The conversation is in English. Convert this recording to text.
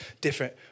different